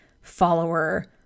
follower